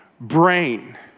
brain